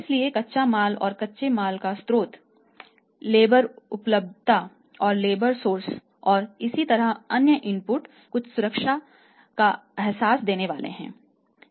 इसलिए कच्चा माल और कच्चे माल का स्रोत लेबर उपलब्धता और लेबर सोर्स और इसी तरह अन्य इनपुट्स कुछ सुरक्षा का अहसास देने वाले हैं